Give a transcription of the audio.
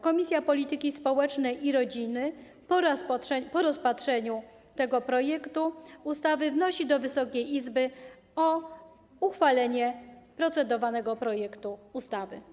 Komisja Polityki Społecznej i Rodziny po rozpatrzeniu tego projektu ustawy wnosi do Wysokiej Izby o uchwalenie procedowanego projektu ustawy.